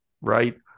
right